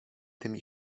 tymi